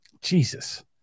Jesus